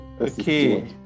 Okay